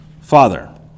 father